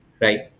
right